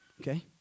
Okay